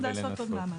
לעשות עוד מאמץ.